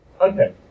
Okay